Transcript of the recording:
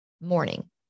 morning